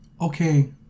okay